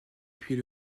puis